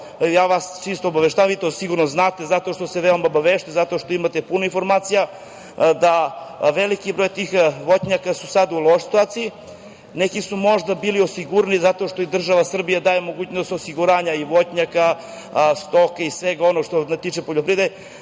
ja vas čisto obaveštavam, vi to sigurno znate, zato što ste veoma obavešteni, zato što imate puno informacija, da veliki broj tih voćnjaka su sad u lošoj situaciji. Neki su možda bili osigurani zato što im država Srbija daje mogućnost osiguranja i voćnjaka, stoke i svega onoga što se tiče poljoprivrede,